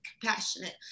compassionate